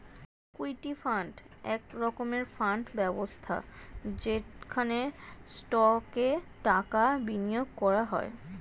equity fund এক রকমের fund ব্যবস্থা যেখানে স্টকে টাকা বিনিয়োগ করা হয়